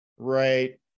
right